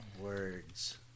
words